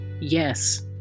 yes